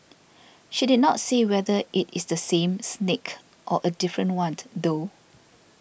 she did not say whether it is the same snake or a different one though